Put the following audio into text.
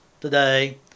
today